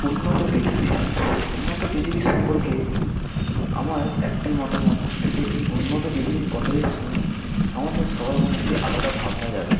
উন্নত পৃথিবী উন্নত পৃথিবী সম্পর্কে আমার একটি মতামত যে এই উন্নত পৃথিবীর কথাটি শুনে আমাদের সবার মনে একটি আলাদা ভাবনা জাগে